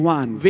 one